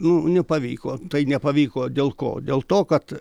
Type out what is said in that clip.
nu nepavyko tai nepavyko dėl ko dėl to kad